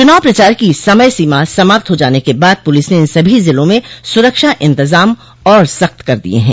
चूनाव प्रचार की समय सीमा खत्म हो जाने के बाद पूलिस ने इन सभी जिलों में सुरक्षा इंतजाम और सख्त कर दिये हैं